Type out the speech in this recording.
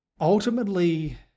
Ultimately